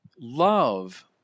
Love